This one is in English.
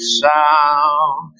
sound